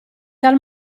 tal